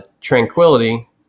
Tranquility